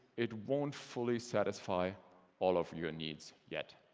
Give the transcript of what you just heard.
it won't fully satisfy all of your needs yet.